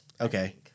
Okay